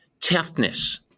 toughness